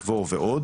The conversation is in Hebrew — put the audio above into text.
גבור וכו'.